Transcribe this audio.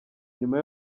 nyuma